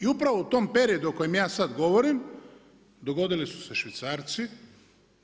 I upravo u tom periodu o kojem ja sada govorim, dogodili su se švicarci,